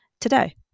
today